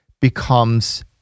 becomes